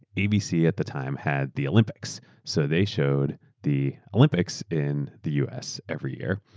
abc at the time had the olympics. so they showed the olympics in the us every year.